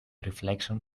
reflection